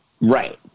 right